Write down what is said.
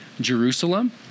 Jerusalem